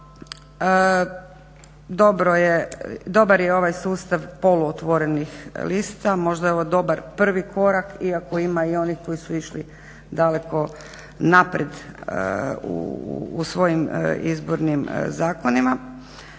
Dobar je ovaj sustav poluotvorenih lista, možda je ovo dobar prvi korak iako ima i onih koji su išli daleko naprijed u svojim izbornim zakonima